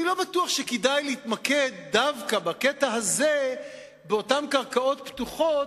אני לא בטוח שכדאי להתמקד דווקא בקטע הזה באותן קרקעות פתוחות,